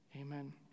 Amen